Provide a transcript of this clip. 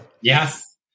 Yes